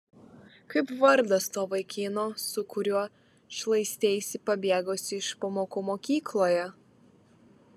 kaip vardas to vaikino su kuriuo šlaisteisi pabėgusi iš pamokų mokykloje